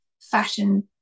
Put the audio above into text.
fashion